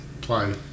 play